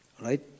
Right